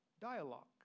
dialogue